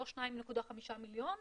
לא 2.5 מיליון,